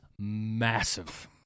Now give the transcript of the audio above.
massive